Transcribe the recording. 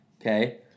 okay